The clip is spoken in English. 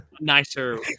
Nicer